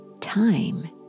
time